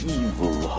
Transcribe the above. evil